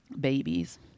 babies